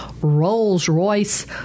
Rolls-Royce